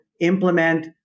implement